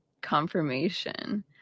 confirmation